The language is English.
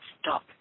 stop